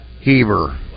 Heber